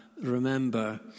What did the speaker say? remember